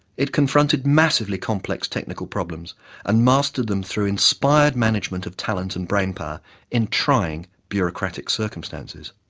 it confronted massively complex technical problems and mastered them through inspired management of talent and brainpower in trying bureaucratic circumstances.